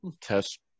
test